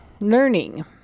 Learning